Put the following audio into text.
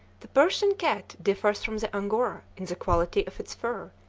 the persian cat differs from the angora in the quality of its fur,